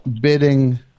bidding